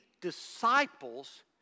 disciples